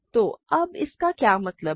तो अब इसका क्या मतलब है